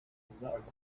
kugarura